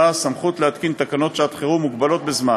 סמכות להתקין תקנות שעת-חירום מוגבלות בזמן